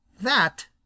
That